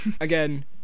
Again